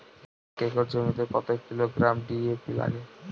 এক একর জমিতে কত কিলোগ্রাম ডি.এ.পি লাগে?